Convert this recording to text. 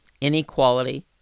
inequality